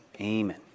Amen